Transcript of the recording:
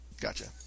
Gotcha